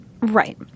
Right